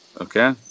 Okay